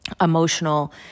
emotional